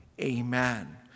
Amen